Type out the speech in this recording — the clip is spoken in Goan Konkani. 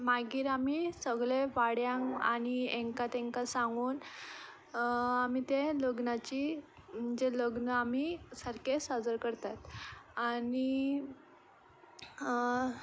मागीर आमी सगळे वाड्यांक आनी हेंका तेंका सांगून आमी ते लग्नाची म्हणचे लग्न आमी सारकें साजर करतात आनी